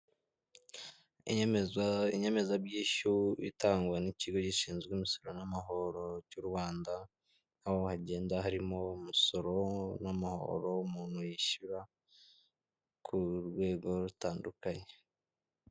Inyemezabwishyu itangwa n'ikigo gishinzwe imisoro n'amahoro cy'u Rwanda aho hagenda harimo umusoro n'amahoro umuntu yishyura ku rwego rutandukanye.